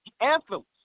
anthems